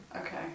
Okay